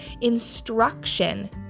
instruction